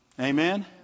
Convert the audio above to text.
Amen